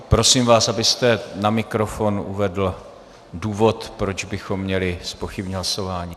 Prosím vás, abyste na mikrofon uvedl důvod, proč bychom měli zpochybnit hlasování.